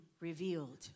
revealed